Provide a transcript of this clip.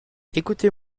écoutez